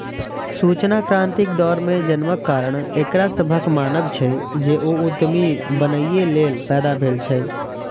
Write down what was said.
सूचना क्रांतिक दौर मे जन्मक कारण एकरा सभक मानब छै, जे ओ उद्यमी बनैए लेल पैदा भेल छै